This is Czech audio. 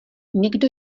někdo